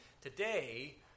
today